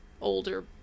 older